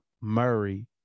murray